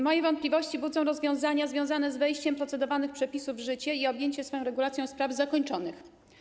Moje wątpliwości budzą rozwiązania związane z wejściem procedowanych przepisów w życie i objęciem tą regulacją spraw zakończonych.